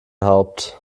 haupt